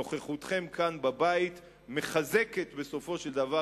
נוכחותכם כאן בבית מחזקת בסופו של דבר